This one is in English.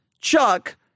Chuck